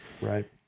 Right